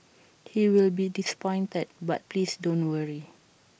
he will be disappointed but please don't worry